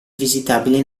visitabile